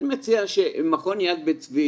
אני מציע שמכון יד בן צבי